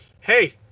Hey